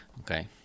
okay